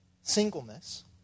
singleness